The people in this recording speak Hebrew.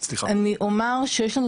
אני אומר שיש לנו